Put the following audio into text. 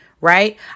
right